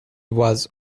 was